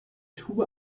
tube